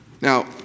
Now